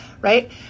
right